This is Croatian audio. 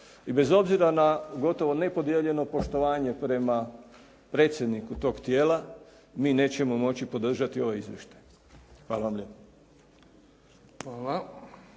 i bez obzira na gotovo nepodijeljeno poštovanje prema predsjedniku tog tijela mi nećemo moći podržati ovaj izvještaj. Hvala vam lijepa.